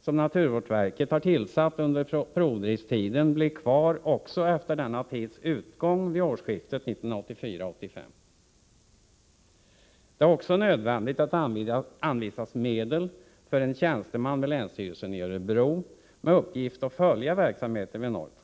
som naturvårdsverket har tillsatt under provdriftstiden blir kvar också efter denna tids utgång vid årsskiftet 1984/1985. Det är även nödvändigt att det anvisas medel för en tjänsteman vid länsstyrelsen i Örebro med uppgift att följa verksamheten vid Norrtorp.